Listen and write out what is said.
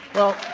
well,